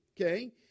Okay